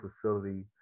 facility